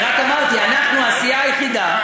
אני רק אמרתי שאנחנו הסיעה היחידה,